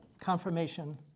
confirmation